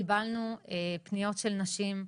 קיבלנו פניות של נשים,